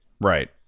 Right